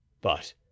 But